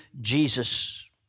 Jesus